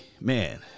man